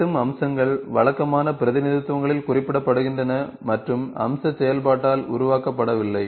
வெட்டும் அம்சங்கள் வழக்கமான பிரதிநிதித்துவங்களில் குறிப்பிடப்படுகின்றன மற்றும் அம்ச செயல்பாட்டால் உருவாக்கப்படவில்லை